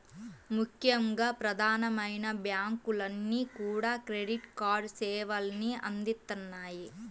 ముఖ్యంగా ప్రధానమైన బ్యాంకులన్నీ కూడా క్రెడిట్ కార్డు సేవల్ని అందిత్తన్నాయి